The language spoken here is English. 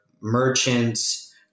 merchants